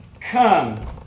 Come